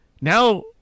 now